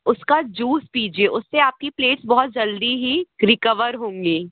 उसका जूस पीजिए उससे आपकी प्लेट्स बहुत जल्दी ही रिकवर होंगी